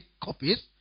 copies